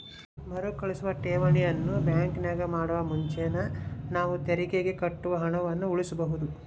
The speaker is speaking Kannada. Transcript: ಮರುಕಳಿಸುವ ಠೇವಣಿಯನ್ನು ಬ್ಯಾಂಕಿನಾಗ ಮಾಡುವ ಮುಖೇನ ನಾವು ತೆರಿಗೆಗೆ ಕಟ್ಟುವ ಹಣವನ್ನು ಉಳಿಸಬಹುದು